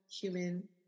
human